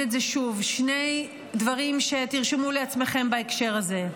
שוב שני דברים שתרשמו לעצמכם בהקשר הזה: